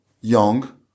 young